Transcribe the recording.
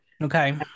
okay